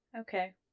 okay